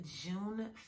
June